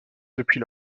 depuis